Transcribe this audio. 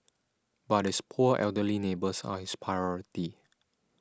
but his poor elderly neighbours are his priority